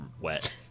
wet